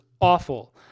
awful